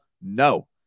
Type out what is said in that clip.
No